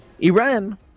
Iran